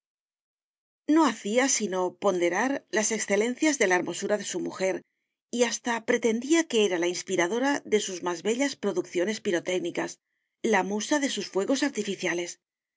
no hacía sino ponderar las excelencias de la hermosura de su mujer y hasta pretendía que era la inspiradora de sus más bellas producciones pirotécnicas la musa de sus fuegos artificiales